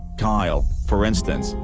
kyle, for instance,